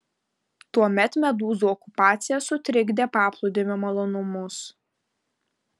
tuomet medūzų okupacija sutrikdė paplūdimio malonumus